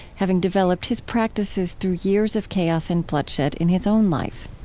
having developed his practices through years of chaos and bloodshed in his own life.